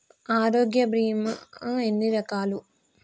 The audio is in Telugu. ఆరోగ్య బీమా ఎన్ని రకాలు?